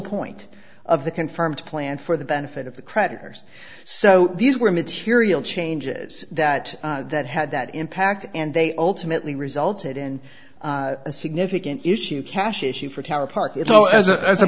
point of the confirmed plan for the benefit of the creditors so these were material changes that that had that impact and they alternately resulted in a significant issue cash issue for tower park it's al